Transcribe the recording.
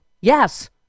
Yes